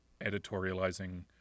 editorializing